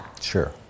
Sure